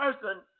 person